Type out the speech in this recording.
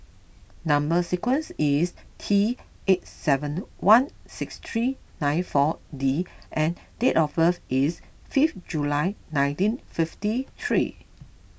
Number Sequence is T eight seven one six three nine four D and date of birth is fifth July nineteen fifty three